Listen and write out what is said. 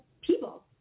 people